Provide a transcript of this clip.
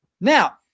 Now